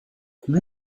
plus